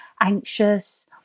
anxious